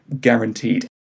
guaranteed